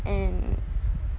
and